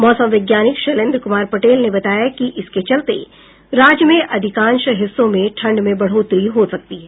मौसम वैज्ञानिक शैलेन्द्र कुमार पटेल ने बताया कि इसके चलते राज्य में अधिकांश हिस्सों में ठंढ़ में बढ़ोतरी हो सकती है